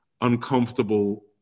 uncomfortable